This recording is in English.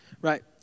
Right